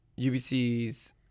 UBC's